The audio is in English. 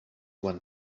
when